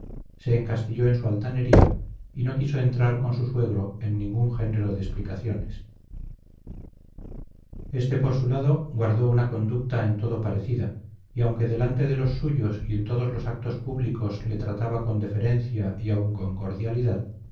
se encastilló en su altanería y no quiso entrar con su suegro en ningún género de explicaciones éste por su lado guardó una conducta en todo parecida y aunque delante de los suyos y en todos los actos públicos le trataba con deferencia y aun con cordialidad